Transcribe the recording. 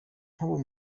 nk’ubu